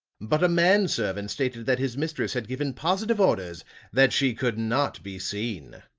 but a man servant stated that his mistress had given positive orders that she could not be seen.